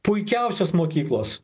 puikiausios mokyklos